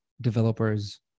developers